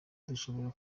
dushobora